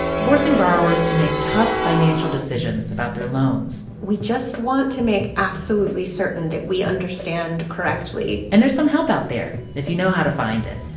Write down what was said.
forcing borrowers to make tough financial decisions about their loans we just want to make absolutely certain that we understand correctly and there's some help out there, if you know how to find it.